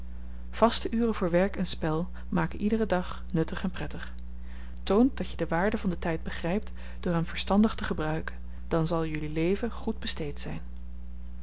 vaste uren voor werk en spel maken iederen dag nuttig en prettig toont dat je de waarde van den tijd begrijpt door hem verstandig te gebruiken dan zal jullie leven goed besteed zijn